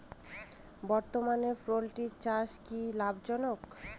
বর্তমানে পোলট্রি চাষ কি লাভজনক?